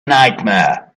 nightmare